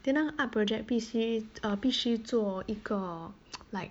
then 那个 project 必须 err 必须做一个 like